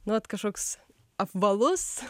nu vat kažkoks apvalus